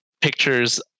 pictures